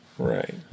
Right